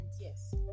yes